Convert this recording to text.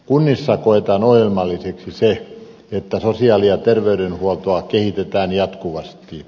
kunnissa koetaan ongelmalliseksi se että sosiaali ja terveydenhuoltoa kehitetään jatkuvasti